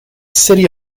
city